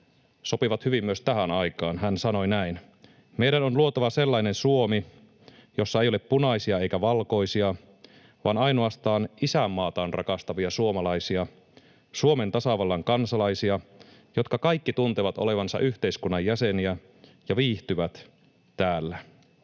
sopivat hyvin myös tähän aikaan. Hän sanoi näin: ”Meidän on luotava sellainen Suomi, jossa ei ole punaisia eikä valkoisia, vaan ainoastaan isänmaataan rakastavia suomalaisia, Suomen tasavallan kansalaisia, jotka kaikki tuntevat olevansa yhteiskunnan jäseniä ja viihtyvät täällä.”